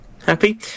Happy